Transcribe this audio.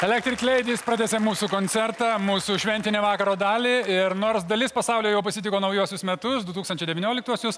elektrik leidys pratęsė mūsų koncertą mūsų šventinę vakaro dalį ir nors dalis pasaulio jau pasitiko naujuosius metus du tūkstančiai devynioliktuosius